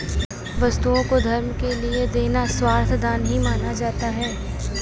वस्तुओं को धर्म के लिये देना सर्वथा दान ही माना जाता है